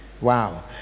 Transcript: wow